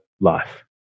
life